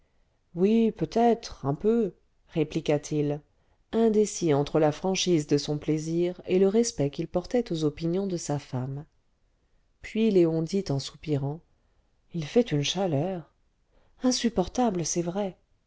oui peut-être un peu répliqua-t-il indécis entre la franchise de son plaisir et le respect qu'il portait aux opinions de sa femme puis léon dit en soupirant il fait une chaleur insupportable c'est vrai